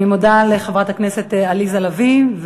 אני מודה לחברת הכנסת עליזה לביא.